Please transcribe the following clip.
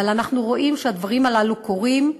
אבל אנחנו רואים שהדברים הללו קורים,